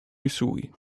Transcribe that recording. missouri